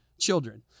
children